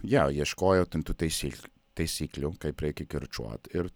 ja ieškojo ten tų taisyklių taisyklių kaip reikia kirčiuot ir